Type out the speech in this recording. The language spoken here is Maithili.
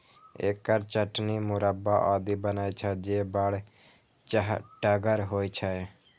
एकर चटनी, मुरब्बा आदि बनै छै, जे बड़ चहटगर होइ छै